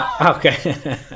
Okay